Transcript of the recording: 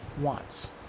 wants